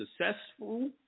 successful